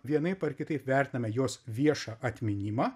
vienaip ar kitaip vertiname jos viešą atminimą